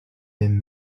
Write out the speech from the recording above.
been